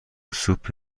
سوپ